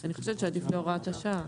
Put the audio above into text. אני חושבת שעדיף להוראת השעה.